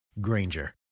Granger